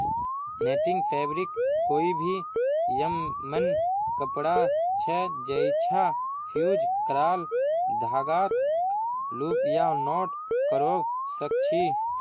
netting fabric कोई भी यममन कपड़ा छ जैइछा फ़्यूज़ क्राल धागाक लूप या नॉट करव सक छी